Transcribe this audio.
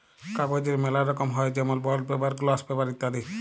কাগজের ম্যালা রকম হ্যয় যেমল বন্ড পেপার, গ্লস পেপার ইত্যাদি